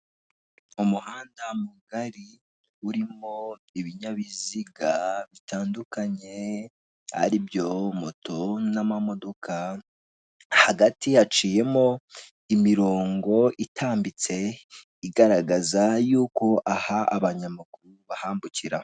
Umuhanda mugari urimo ibinyabiziga bitandukanye. Aribyo moto n' amamodoka hagati haciyemo imirongo itambitse igaragaza y'uko aha abanyamaguru bambukira